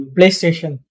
PlayStation